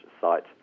site